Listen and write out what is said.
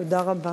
תודה רבה.